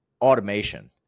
automation